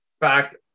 back